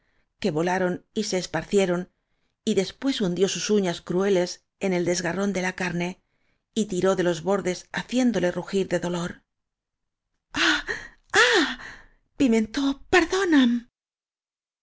que volaron y se esparcieron y después hundió sus uñas crueles en el desgarrón de la carne y tiró de los bordes haciéndole rugir de dolor